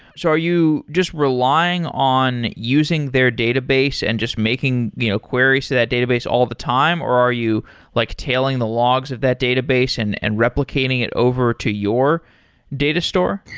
so are you just relying on using their database and just making you know queries to that database all the time or are you like tailing the logs of that database and and replicating it over to your data store?